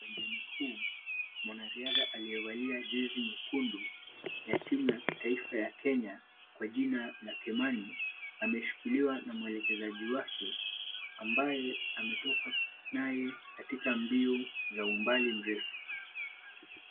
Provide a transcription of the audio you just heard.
Uwanjani huu mwanariadha aliyevalia jezi nyekundu ya timu ya kitaifa ya Kenya kwa jina la Kimani ameshikiliwa na mwelekezaji wake ambaye ametoka naye katika mbio za umbali mrefu.